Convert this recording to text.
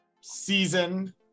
season